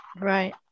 Right